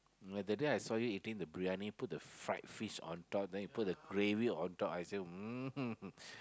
but that day I saw you eating the briyani put the fried fish on top then you put the gravy on top I say mm